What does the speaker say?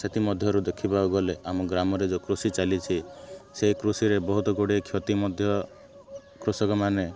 ସେଥିମଧ୍ୟରୁ ଦେଖିବାକୁ ଗଲେ ଆମ ଗ୍ରାମରେ ଯେଉଁ କୃଷି ଚାଲିଛି ସେଇ କୃଷିରେ ବହୁତ ଗୁଡ଼ିଏ କ୍ଷତି ମଧ୍ୟ କୃଷକମାନେ